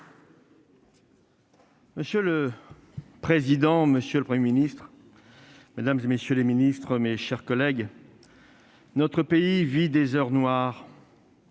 Monsieur le président, monsieur le Premier ministre, mesdames, messieurs les ministres, mes chers collègues, notre pays vit des heures noires.